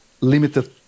limited